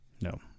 No